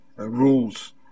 rules